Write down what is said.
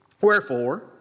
wherefore